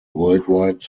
worldwide